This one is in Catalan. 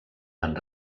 van